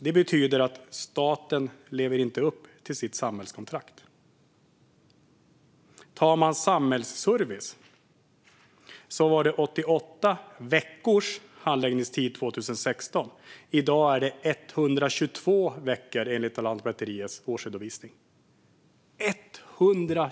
Det betyder att staten inte lever upp till sitt samhällskontrakt. För samhällsservice var handläggningstiden 88 veckor 2016. I dag är den 122 veckor, enligt Lantmäteriets årsredovisning.